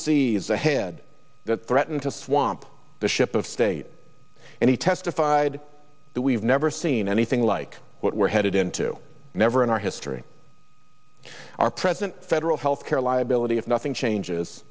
ahead that threaten to swamp the ship of state and he testified that we've never seen anything like what we're headed into never in our history our present federal health care liability if nothing changes